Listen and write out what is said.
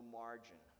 margin